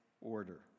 order